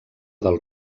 del